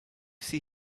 see